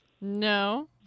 No